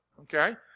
Okay